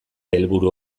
helburu